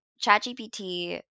ChatGPT